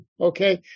Okay